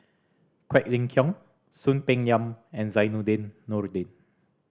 Quek Ling Kiong Soon Peng Yam and Zainudin Nordin